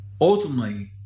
Ultimately